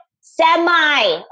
semi